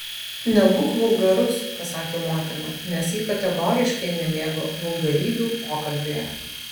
nebūk vulgarus pasakė motina nes ji kategoriškai nemėgo vulgarybių pokalbyje